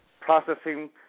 Processing